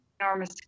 enormous